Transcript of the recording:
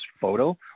photo